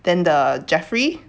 then the jeffrey